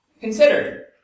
Consider